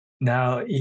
Now